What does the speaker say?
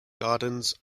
gardens